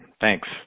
Thanks